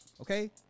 okay